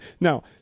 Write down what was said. Now